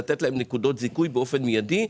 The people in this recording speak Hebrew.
לתת להם נקודות זיכוי באופן מיידי.